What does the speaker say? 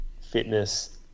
fitness